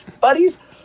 Buddies